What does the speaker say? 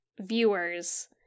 viewers